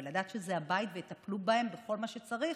לדעת שזה הבית ויטפלו בהם בכל מה שצריך.